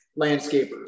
landscapers